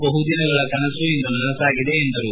ಬಹುದ ದಿನಗಳ ಕನಸು ಇಂದು ನನಸಾಗಿದೆ ಎಂದರು